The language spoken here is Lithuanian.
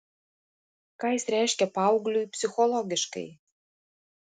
ką jis reiškia paaugliui psichologiškai